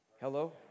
Hello